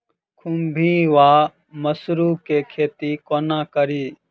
खुम्भी वा मसरू केँ खेती कोना कड़ी?